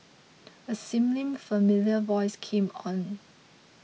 a seemingly familiar voice came on